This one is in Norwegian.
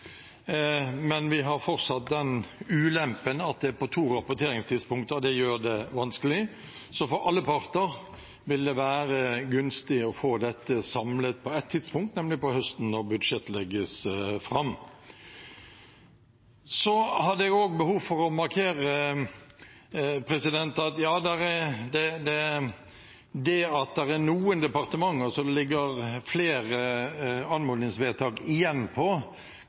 men vi har fortsatt den ulempen at det er to rapporteringstidspunkter, og det gjør det vanskelig. Så for alle parter vil det være gunstig å få dette samlet på ett tidspunkt, nemlig på høsten når budsjettet legges fram. Så har jeg også behov for å markere at ja, det at det er noen departementer som det ligger flere anmodningsvedtak igjen på,